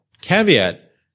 caveat